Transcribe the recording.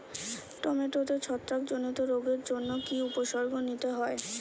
টমেটোতে ছত্রাক জনিত রোগের জন্য কি উপসর্গ নিতে হয়?